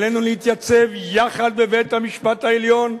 עלינו להתייצב יחד בבית-המשפט העליון,